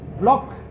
block